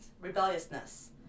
rebelliousness